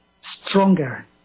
stronger